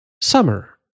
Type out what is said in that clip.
summer